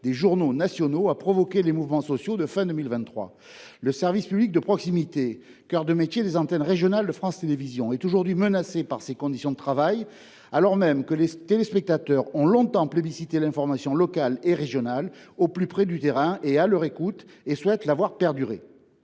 des journaux nationaux, ce qui a provoqué les mouvements sociaux de la fin 2023. Le service public de proximité, cœur de métier des antennes régionales de France Télévisions, est aujourd’hui menacé par ces conditions de travail, alors même que les téléspectateurs ont longtemps plébiscité l’information locale et régionale, au plus près du terrain, à leur écoute, et qu’ils souhaitent la voir perdurer.